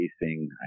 facing